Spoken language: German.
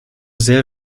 sehr